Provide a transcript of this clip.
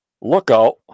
lookout